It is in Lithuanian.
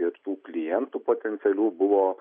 ir tų klientų potencialių buvo